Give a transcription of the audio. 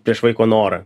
prieš vaiko norą